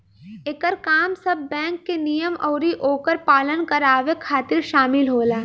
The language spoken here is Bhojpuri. एकर काम सब बैंक के नियम अउरी ओकर पालन करावे खातिर शामिल होला